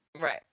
Right